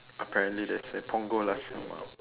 apparently they say punggol nasi lemak